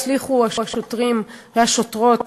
הצליחו השוטרים והשוטרות